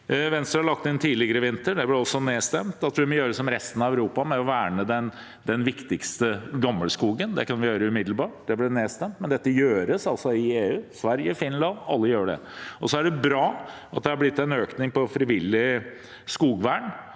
Venstre la inn et forslag i vinter – det ble også nedstemt – om at vi må gjøre som resten av Europa og verne den viktigste gammelskogen. Det kan vi gjøre umiddelbart. Det ble nedstemt, men dette gjøres altså i EU, Sverige, Finland – alle gjør det. Det er bra at det har blitt en økning i frivillig skogvern.